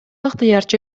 ыктыярчы